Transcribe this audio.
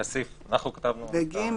(ג).